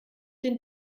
den